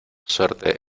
suerte